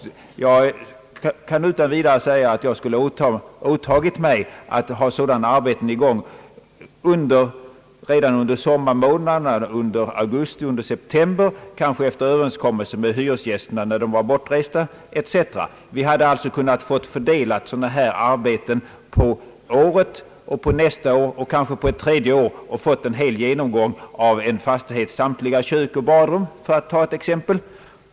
Jag skulle utan vidare kunna åtaga mig att ha sådana arbeten i gång redan under sommarmånaderna, i augusti och september, kanske efter överenskommelse med hyresgästerna under den tid de var bortresta etc. Sådana här arbeten hade alltså kunnat fördelas under året, på nästa år och kanske på ett tredje år. Därigenom hade en hel fastighet kunnat repareras, samtliga kök och badrum hade kunnat renoveras, för att ta ett exempel.